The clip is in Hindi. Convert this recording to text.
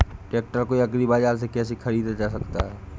ट्रैक्टर को एग्री बाजार से कैसे ख़रीदा जा सकता हैं?